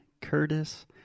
Curtis